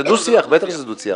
בטח שזה דו-שיח.